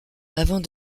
avant